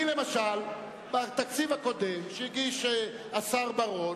למשל, בתקציב הקודם שהגיש השר בר-און,